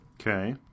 Okay